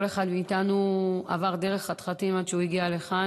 כל אחד מאיתנו עבר דרך חתחתים עד שהוא הגיע לכאן,